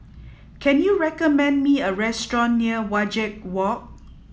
can you recommend me a restaurant near Wajek Walk